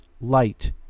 light